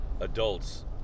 Adults